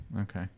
Okay